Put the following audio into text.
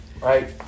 right